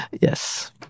Yes